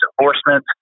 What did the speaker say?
Enforcement